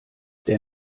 der